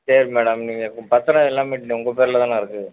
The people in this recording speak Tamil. சரி மேடம் நீங்கள் பத்திரம் எல்லாமே உங்கள் பேர்ல தானே இருக்குது